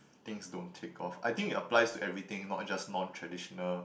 things don't take off I think it applies to everything not just non traditional